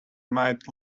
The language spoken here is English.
might